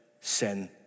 Sin